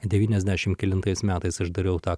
devyniasdešim kelintais metais aš dariau tą